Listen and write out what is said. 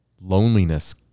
Loneliness